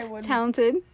talented